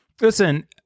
Listen